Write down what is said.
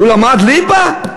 הוא למד ליבה?